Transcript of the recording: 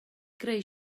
greu